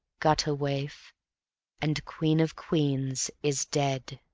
gutter waif and queen of queens, is dead.